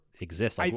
exist